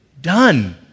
done